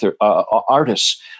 artists